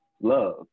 love